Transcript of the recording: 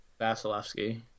Vasilevsky